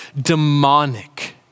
demonic